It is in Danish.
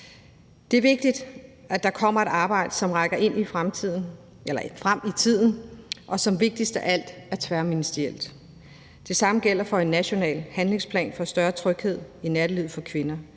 Det er vigtigt, at der kommer et arbejde, som rækker frem i tiden, og som vigtigst af alt er tværministerielt. Det samme gælder for en national handlingsplan for større tryghed i nattelivet for kvinder,